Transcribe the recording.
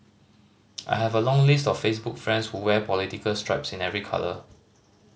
I have a long list of Facebook friends who wear political stripes in every colour